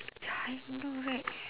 ya I know right